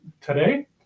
today